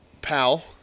pal